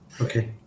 Okay